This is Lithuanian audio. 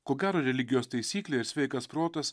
ko gero religijos taisyklė ir sveikas protas